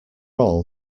all